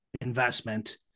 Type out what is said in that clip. investment